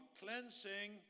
cleansing